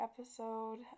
episode